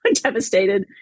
devastated